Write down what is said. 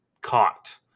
caught